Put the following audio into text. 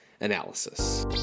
analysis